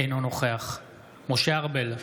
אינו נוכח משה ארבל,